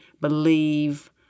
believe